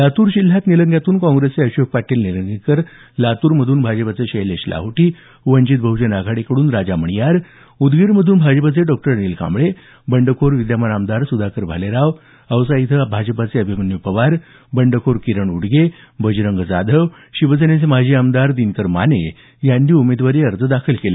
लातूर जिल्ह्यात निलंग्यातून काँप्रेसचे अशोक पाटील निलंगेकर लातूरमधून भाजपाचे शैलेश लाहोटी वंचित बह्जन आघाडीकडून राजा मणियार उदगीरमधून भाजपाचे डॉ अनिल कांबळे बंडखोर विद्यमान आमदार सुधाकर भालेराव औसा इथं भाजपाचे अभिमन्यू पवार बंडखोर किरण उटगे बजरंग जाधव शिवसेनेचे माजी आमदार दिनकर माने यांनी उमेदवारी अर्ज दाखल केले